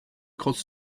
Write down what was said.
cross